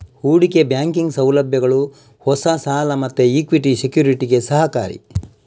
ಹೂಡಿಕೆ ಬ್ಯಾಂಕಿಂಗ್ ಸೌಲಭ್ಯಗಳು ಹೊಸ ಸಾಲ ಮತ್ತೆ ಇಕ್ವಿಟಿ ಸೆಕ್ಯುರಿಟಿಗೆ ಸಹಕಾರಿ